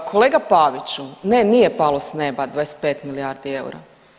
238. kolega Paviću ne, nije palo s neba 25 milijardi eura.